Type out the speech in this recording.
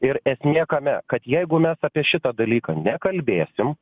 ir esmė kame kad jeigu mes apie šitą dalyką nekalbėsim